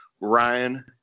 Ryan